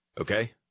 okay